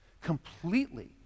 Completely